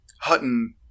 Hutton